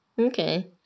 Okay